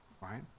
right